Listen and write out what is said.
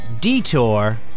detour